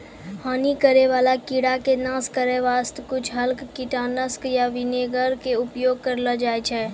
हानि करै वाला कीड़ा के नाश करै वास्तॅ कुछ हल्का कीटनाशक या विनेगर के उपयोग करलो जाय छै